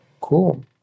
Cool